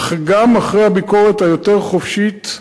אך גם אחרי הביקורת היותר חופשית,